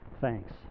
Thanks